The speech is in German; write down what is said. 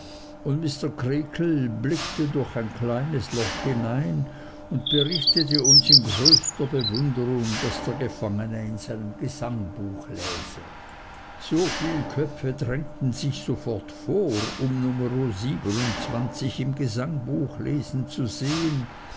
und mr creakle blickte durch ein kleines loch hinein und berichtete uns in höchster bewunderung daß der gefangene in einem gesangbuch läse soviel köpfe drängten sich sofort vor um numero im gesangbuch lesen zu sehen